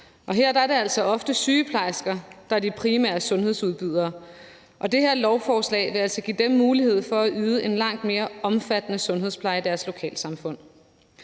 her er det altså ofte sygeplejersker, der er de primære sundhedsudbydere. Det her lovforslag vil altså give dem mulighed for at yde en langt mere omfattende sundhedspleje i deres lokalsamfund.